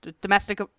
domestic